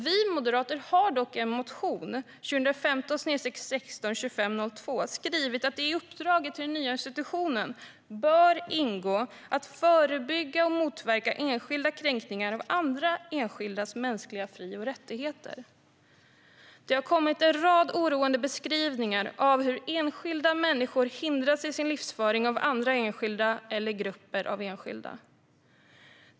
Vi moderater har dock i en motion, 2015/16:2502, skrivit att det i uppdraget till den nya institutionen bör ingå att förebygga och motverka enskildas kränkningar av andra enskildas mänskliga fri och rättigheter. Det har kommit en rad oroande beskrivningar av hur enskilda människor hindras i sin livsföring av andra enskilda eller grupper av enskilda.